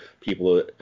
people